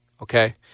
okay